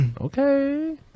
Okay